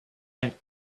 that